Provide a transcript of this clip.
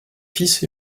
fils